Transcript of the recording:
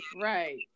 right